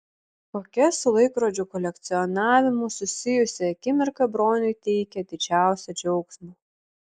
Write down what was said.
kokia su laikrodžių kolekcionavimu susijusi akimirka broniui teikia didžiausią džiaugsmą